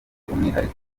umwihariko